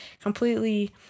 Completely